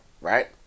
right